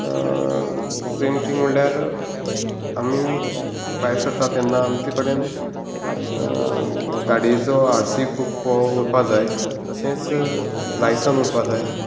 same thing म्हणल्यार आमी भायर सरता तेन्ना आमचे कडेन गाडयेचो आर सी बुक हो उरपा जाय तशेंच लायसेंस उरपा जाय